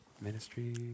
Ministry